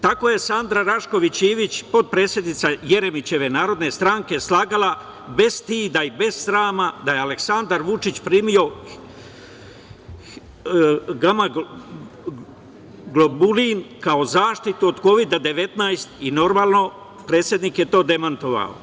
Tako je Sanda Rašković Ivić, potpredsednica Jeremićeve Narodne stranke slagala, bez stida i bez srama, da je Aleksandar Vučić primio gamaglobulin, kao zaštitu od Kovid-19, i normalno, predsednik je to demantovao.